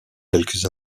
quelques